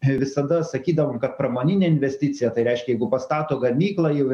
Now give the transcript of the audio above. visada sakydavom kad pramoninė investicija tai reiškia jeigu pastato gamyklą jau